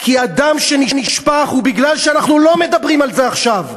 כי הדם שנשפך הוא כי אנחנו לא מדברים על זה עכשיו.